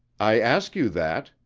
i ask you that,